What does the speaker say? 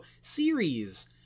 series